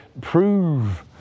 prove